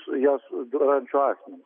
su ja sudarančiu asmeniu